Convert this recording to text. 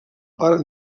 part